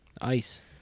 Ice